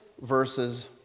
verses